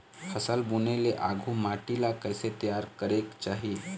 फसल बुने ले आघु माटी ला कइसे तियार करेक चाही?